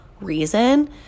reason